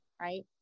right